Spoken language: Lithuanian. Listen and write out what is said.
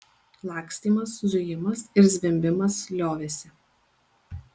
lakstymas zujimas ir zvimbimas liovėsi